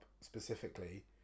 specifically